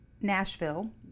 Nashville